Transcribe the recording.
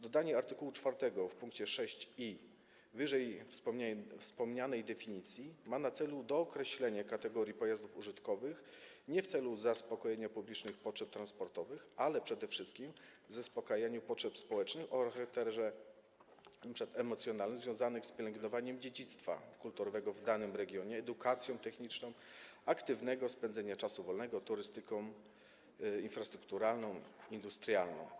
Dodanie w art. 4 w pkt 6i wyżej wspomnianej definicji ma na celu dookreślenie kategorii pojazdów użytkowych nie w celu zaspokojenia publicznych potrzeb transportowych, ale przede wszystkim zaspokajania potrzeb społecznych o charakterze np. emocjonalnym, związanych z pielęgnowaniem dziedzictwa kulturowego w danym regionie, edukacją techniczną, aktywnym spędzaniem czasu wolnego, turystyką infrastrukturalną, industrialną.